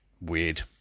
weird